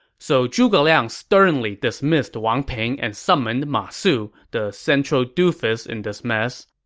so zhuge liang sternly dismissed wang ping and summoned ma su, the central doofus in this mess.